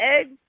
eggs